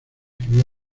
crio